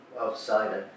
outside